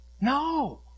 No